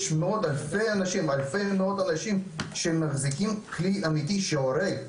יש מאות אלפי אנשים שמחזיקים כלי אמיתי שהורג,